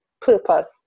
purpose